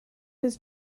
his